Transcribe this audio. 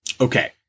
Okay